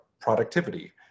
productivity